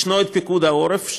יש פיקוד העורף,